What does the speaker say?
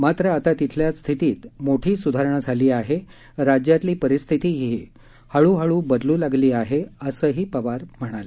मात्र आता तिथल्या स्थितीत मोठी स्धारणा झाली आहे राज्यतली परिस्थितीही हळूहळू बदलू लागली आहे असंही पवार म्हणाले